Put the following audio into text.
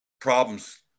problems